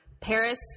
Paris